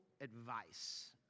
advice